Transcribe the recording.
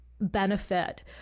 benefit